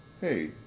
Hey